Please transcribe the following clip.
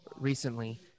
recently